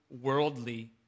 worldly